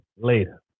Later